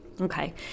Okay